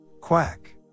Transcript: Quack